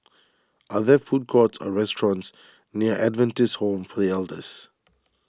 are there food courts or restaurants near Adventist Home for the Elders